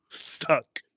Stuck